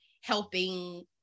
helping